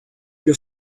your